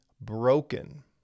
broken